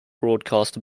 broadcast